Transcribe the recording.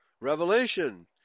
Revelation